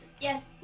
Yes